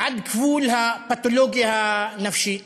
עד גבול הפתולוגיה הנפשית.